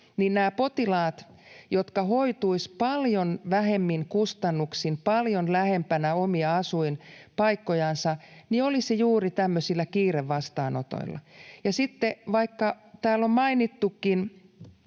Nämä potilaat, jotka hoituisivat paljon vähemmin kustannuksin, paljon lähempänä omia asuinpaikkojansa, olisivat juuri tämmöisillä kiirevastaanotoilla. Sitten täällä on mainittukin,